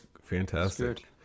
Fantastic